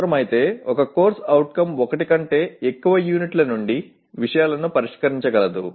అవసరమైతే ఒక CO ఒకటి కంటే ఎక్కువ యూనిట్ల నుండి విషయాలను పరిష్కరించగలదు